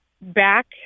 back